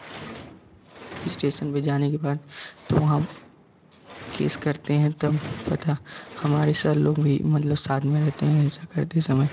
station पर जाने के बाद तो वहाँ केस करते हैं तब पता हमारे सर लोग भी मतलब साथ में रहते हैं हिंसा करते समय